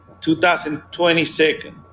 2022